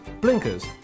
blinkers